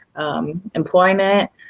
employment